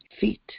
feet